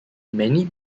many